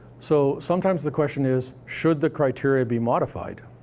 so sometimes the question is, should the criteria be modified?